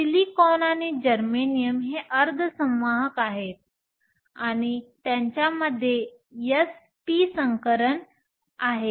silicon आणि germanium हे अर्धसंवाहक आहेत आणि त्यांच्यामध्ये sp3 संकरण आहे